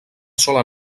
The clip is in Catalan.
sola